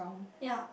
ya